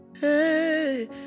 Hey